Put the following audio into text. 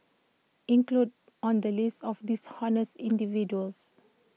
included on the list of dishonest individuals